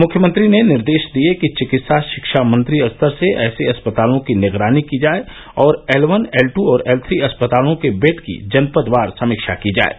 मुख्यमंत्री ने निर्देश दिये कि चिकित्सा शिक्षा मंत्री स्तर से ऐसे अस्पतालों की निगरानी की जाये और एल वन एल टू और एल थ्री अस्पतालों के बेड की जनपदवार समीक्षा की जाये